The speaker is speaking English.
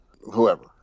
whoever